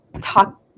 talk